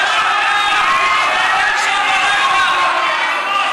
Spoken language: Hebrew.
חושבים שאתם תנצלו את טוב לבנו לעוד